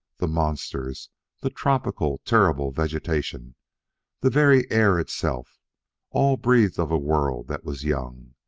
the monsters the tropical, terrible vegetation the very air itself all breathed of a world that was young.